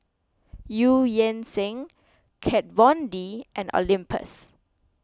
Eu Yan Sang Kat Von D and Olympus